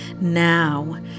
Now